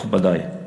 מכובדי,